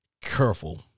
careful